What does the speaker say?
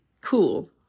cool